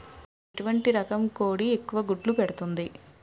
ఎటువంటి రకం కోడి ఎక్కువ గుడ్లు పెడుతోంది?